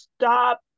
stop